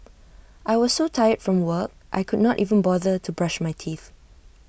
I was so tired from work I could not even bother to brush my teeth